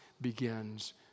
begins